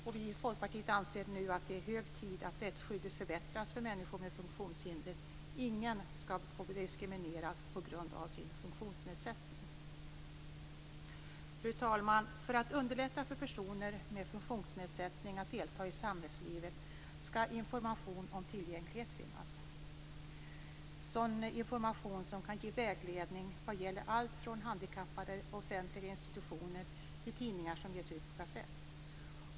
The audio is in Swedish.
Vi i Folkpartiet anser att det nu är hög tid att rättsskyddet förbättras för människor med funktionshinder. Ingen skall få diskrimineras på grund av sin funktionsnedsättning. Fru talman! För att underlätta för personer med funktionsnedsättning att delta i samhällslivet skall information om tillgänglighet finnas, som kan ge vägledning vad gäller allt från handikappanpassade offentliga institutioner till tidningar som ges ut på kassett.